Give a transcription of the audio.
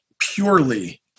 purely